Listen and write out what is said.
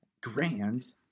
grand